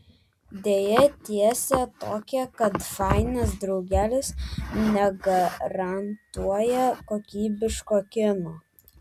deja tiesa tokia kad fainas draugelis negarantuoja kokybiško kino